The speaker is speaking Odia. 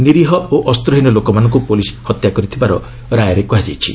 ନିରୀହ ଓ ଅସ୍ତ୍ରହୀନ ଲୋକମାନଙ୍କୁ ପୁଲିସ୍ ହତ୍ୟା କରିଥିବାର ରାୟରେ କୁହାଯାଇଛି